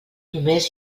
només